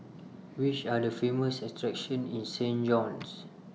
Which Are The Famous attractions in Saint John's